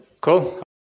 cool